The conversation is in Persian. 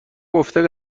گفته